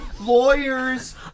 lawyers